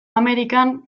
amerikan